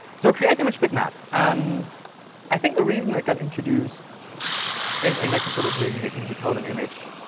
so create image bitmap um i think the reason it got introduced is exactly for this reason. it can decode an image,